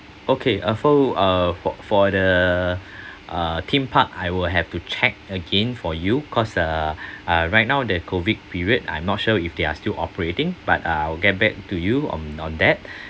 okay uh for uh for for the uh theme park I will have to check again for you cause uh uh right now the COVID period I'm not sure if they are still operating but I'll get back to you on on that